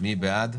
מי בעד?